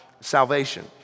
salvation